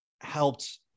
helped